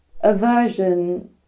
aversion